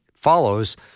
follows